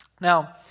Now